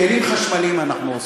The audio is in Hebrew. בכלים חשמליים אנחנו עוסקים,